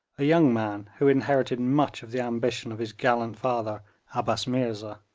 a young man who inherited much of the ambition of his gallant father abbas meerza.